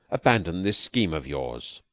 abandon this scheme of yours.